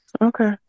Okay